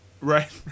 Right